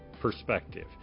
perspective